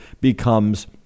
becomes